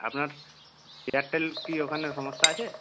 আপনার এয়ারটেল কি ওখানে সমস্যা আছে